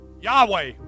Yahweh